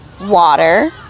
water